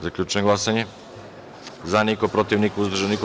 Zaključujem glasanje: za – niko, protiv – niko, uzdržan – niko.